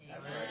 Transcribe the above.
Amen